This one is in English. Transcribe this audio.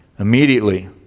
Immediately